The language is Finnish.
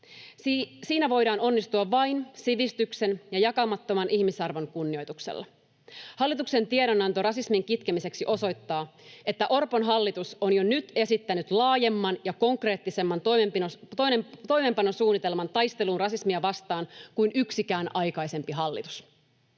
Siinä voidaan onnistua vain sivistyksen ja jakamattoman ihmisarvon kunnioituksella. Hallituksen tiedon-anto rasismin kitkemiseksi osoittaa, että Orpon hallitus on jo nyt esittänyt laajemman ja konkreettisemman toimeenpanosuunnitelman taisteluun rasismia vastaan kuin yksikään aikaisempi hallitus.